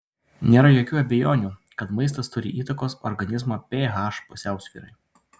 nėra jokių abejonių kad maistas turi įtakos organizmo ph pusiausvyrai